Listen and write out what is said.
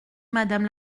madame